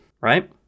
right